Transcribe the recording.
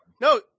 No